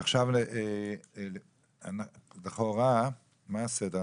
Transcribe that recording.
עכשיו לכאורה מה הסדר?